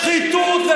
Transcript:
אתה מדבר על שחיתות?